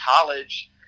college